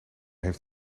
heeft